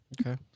Okay